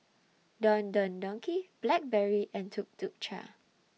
Don Don Donki Blackberry and Tuk Tuk Cha